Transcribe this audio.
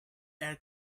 air